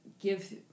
give